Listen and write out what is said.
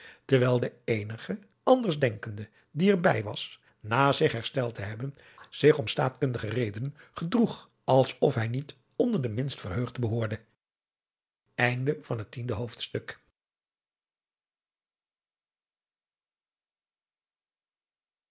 terwijl de éénige anders denkende die er bij was na zich hersteld te hebben zich om staatkundige redenen gedroeg als of hij niet onder de minst verheugden behoorden adriaan loosjes pzn het